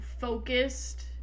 focused